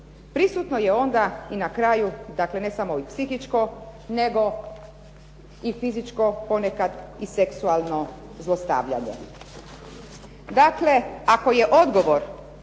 Prisutno je onda i na kraju, dakle ne samo i psihičko i fizičko, ponekad i seksualno zlostavljanje. Dakle, ako je odgovor